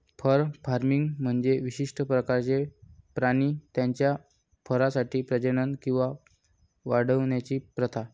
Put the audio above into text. fur farming म्हणजे विशिष्ट प्रकारचे प्राणी त्यांच्या फरसाठी प्रजनन किंवा वाढवण्याची प्रथा